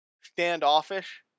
standoffish